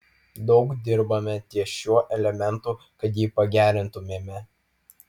daug dirbame ties šiuo elementu kad jį pagerintumėme